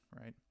right